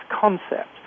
concept